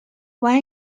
one